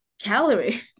calorie